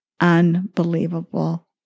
Unbelievable